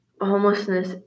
homelessness